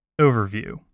Overview